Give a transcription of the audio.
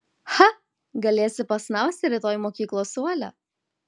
cha galėsi pasnausti rytoj mokyklos suole